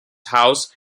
house